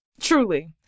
truly